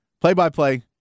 play-by-play